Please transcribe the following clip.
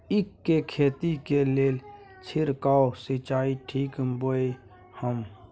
ईख के खेती के लेल छिरकाव सिंचाई ठीक बोय ह?